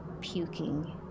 puking